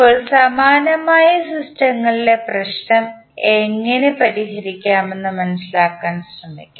ഇപ്പോൾ സമാനമായ സിസ്റ്റങ്ങളിലെ പ്രശ്നം എങ്ങനെ പരിഹരിക്കാമെന്ന് മനസിലാക്കാൻ ശ്രമിക്കാം